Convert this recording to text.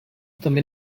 també